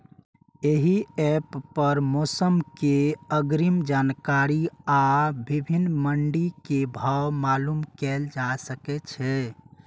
एहि एप पर मौसम के अग्रिम जानकारी आ विभिन्न मंडी के भाव मालूम कैल जा सकै छै